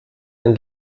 den